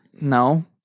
no